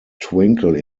twinkle